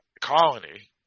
colony